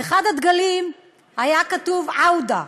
על אחד הדגלים היה כתוב "עאודה".